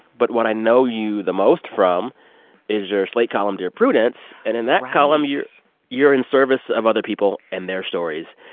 but what i know you the most from is your slate column dear prudence. and in that column you're in service of other people and their stories.